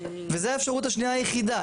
וזו האפשרות השנייה היחידה,